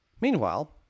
Meanwhile